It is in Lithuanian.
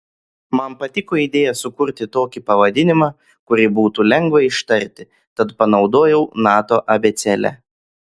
man patiko idėja sukurti tokį pavadinimą kurį būtų lengva ištarti tad panaudojau nato abėcėlę